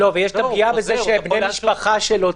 ויש את הפגיעה שבני המשפחה שלו